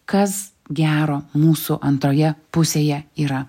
kas gero mūsų antroje pusėje yra